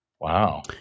Wow